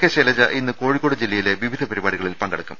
K Shailaja ഇന്ന് കോഴിക്കോട് ജില്ലയിലെ വിവിധ പരിപാടി കളിൽ പങ്കെടുക്കും